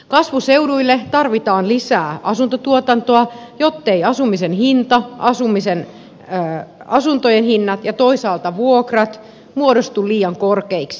kasvuseuduille tarvitaan lisää asuntotuotantoa jotteivät asumisen hinta asuntojen hinnat ja toisaalta vuokrat muodostu liian korkeiksi